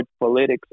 politics